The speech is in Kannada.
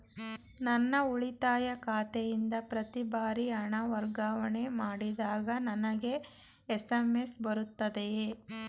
ನನ್ನ ಉಳಿತಾಯ ಖಾತೆಯಿಂದ ಪ್ರತಿ ಬಾರಿ ಹಣ ವರ್ಗಾವಣೆ ಮಾಡಿದಾಗ ನನಗೆ ಎಸ್.ಎಂ.ಎಸ್ ಬರುತ್ತದೆಯೇ?